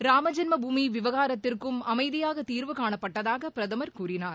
ராமஜென்ம பூமி விவகாரத்திற்கும் அமைதியாக தீர்வுகாணப்பட்டதாக பிரதமர் கூறினார்